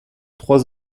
trois